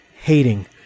hating